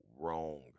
wrong